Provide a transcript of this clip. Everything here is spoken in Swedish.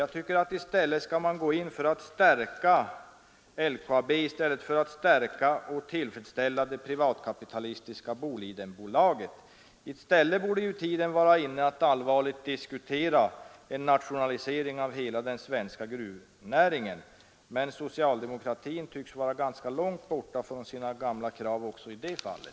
Jag tycker att man skall gå in för att stärka samhällets inflytande i stället för att stärka och tillfredsställa det privatkapitalistiska Bolidenbolaget. Tiden borde vara inne att allvarligt diskutera en nationalisering av hela den svenska gruvnäringen, men socialdemokratin tycks vara långt borta från sina gamla krav också i det fallet.